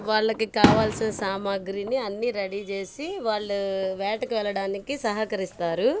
వాళ్ళకి కావాల్సిన సామాగ్రిని అన్నీ రెడీ చేసి వాళ్ళు వేటకు వెళ్ళడానికి సహకరిస్తారు